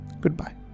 Goodbye